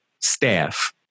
staff